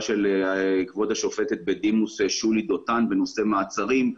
של כבוד השופטת בדימוס שולי דותן בנושא מעצרים,